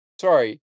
Sorry